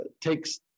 takes